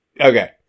Okay